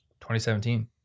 2017